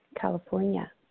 California